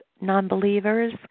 non-believers